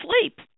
sleep